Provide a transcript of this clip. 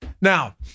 now